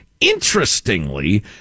Interestingly